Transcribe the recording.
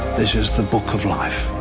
this is the book of life.